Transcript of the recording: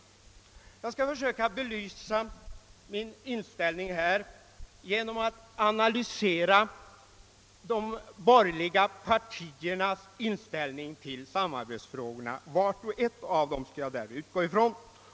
Jag skall försöka belysa min uppfattning genom att analysera de borgerliga partiernas inställning till samarbetsfrågorna, och jag skall då utgå från vart och ett av dem.